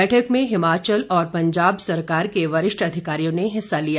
बैठक में हिमाचल और पंजाब सरकार के वरिष्ठ अधिकारियों ने हिस्सा लिया